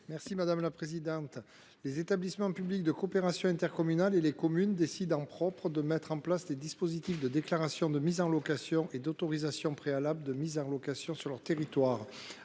est à M. Bernard Buis. Les établissements publics de coopération intercommunale et les communes décident en propre de mettre en place les dispositifs de déclaration de mise en location et d’autorisation préalable de mise en location sur leur territoire.